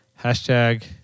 Hashtag